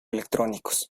electrónicos